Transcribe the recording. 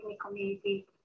community